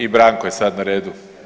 I Branko je sad na redu.